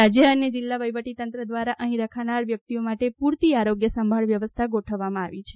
રાજ્ય અને જિલ્લા વહીવટીતંત્ર દ્વારા અહીં રખાનાર વ્યક્તિઓ માટે પૂરતી આરોગ્ય સંભાળ વ્યવસ્થા ગોઠવવામાં આવી છે